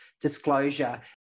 disclosure